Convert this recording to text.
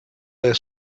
their